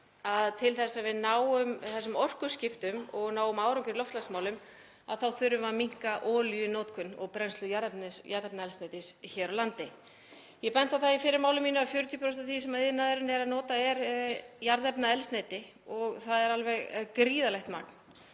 til þess að við náum þessum orkuskiptum og náum árangri í loftslagsmálum þá þurfum við að minnka olíunotkun og brennslu jarðefnaeldsneytis hér á landi. Ég benti á það í fyrra máli mínu að 40% af því sem iðnaðurinn er að nota er jarðefnaeldsneyti og það er alveg gríðarlegt magn